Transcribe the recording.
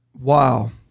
wow